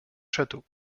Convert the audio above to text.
château